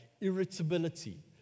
irritability